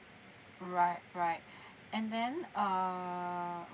alright alright and then err